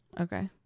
Okay